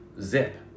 Zip